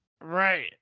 Right